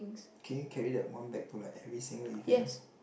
can you carry that one bag to like every single event